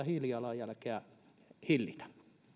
hiilijalanjälkeä hillitä